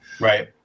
Right